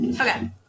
okay